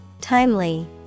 timely